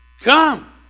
Come